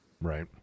Right